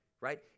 right